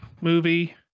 movie